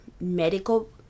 medical